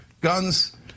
guns